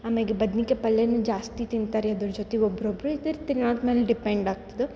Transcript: ಆಮೇಲೆ ಬದ್ನೆಕಾಯ್ ಪಲ್ಯ ಜಾಸ್ತಿ ತಿಂತಾರೆ ರೀ ಅದ್ರ ಜೊತೆಗ್ ಒಬ್ಬೊಬ್ರು ಆದ್ಮೇಲೆ ಡಿಪೆಂಡ್ ಆಗ್ತದೆ